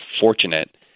fortunate